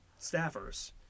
staffers